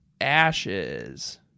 ashes